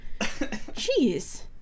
Jeez